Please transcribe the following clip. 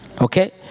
Okay